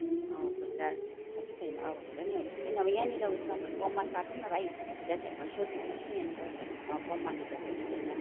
खुद्रा छ कि छैन भनेर नि अहिले नभए यहाँनिर उयेसमा पम्पमा साटौँ न भाइ खुद्रा छैन भने सोधिदिनुहोस् न यहाँनिर पम्पमा खुद्रा छ कि छैन